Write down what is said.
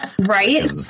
Right